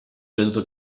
creduto